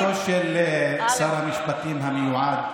אדוני היושב-ראש, הצעתו של שר המשפטים המיועד,